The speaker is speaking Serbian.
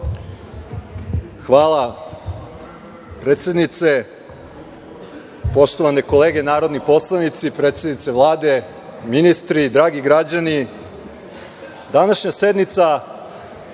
Hvala, predsednice. Poštovane kolege narodni poslanici, predsednice Vlade, ministri, dragi građani, današnja sednica